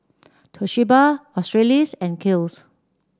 Toshiba Australis and Kiehl's